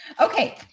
Okay